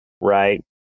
right